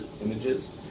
images